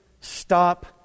stop